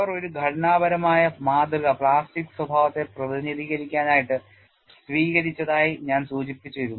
അവർ ഒരു ഘടനാപരമായ മാതൃക പ്ലാസ്റ്റിക് സ്വഭാവത്തെ പ്രധിനിധികരിക്കാനായിട്ട് സ്വീകരിച്ചതായി ഞാൻ സൂചിപ്പിച്ചിരുന്നു